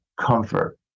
comfort